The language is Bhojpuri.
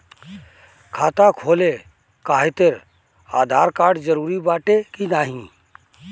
खाता खोले काहतिर आधार कार्ड जरूरी बाटे कि नाहीं?